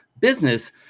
Business